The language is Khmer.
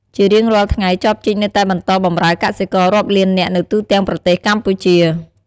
ជារៀងរាល់ថ្ងៃ ចបជីកនៅតែបន្តបម្រើកសិកររាប់លាននាក់នៅទូទាំងប្រទេសកម្ពុជា។